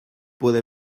puede